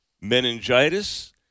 meningitis